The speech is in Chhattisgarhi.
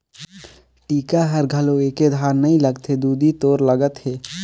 टीका हर घलो एके धार नइ लगथे दुदि तोर लगत हे